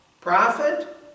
prophet